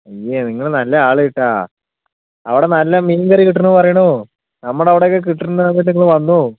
അയ്യേ നിങ്ങൾ നല്ല ആൾ കേട്ടോ അവിടെ നല്ല മീൻ കറി കിട്ടുണൂന്ന് പറയുണൂ നമ്മുടെ അവിടെയൊക്കെ കിട്ടുന്ന നിങ്ങൾ വന്നു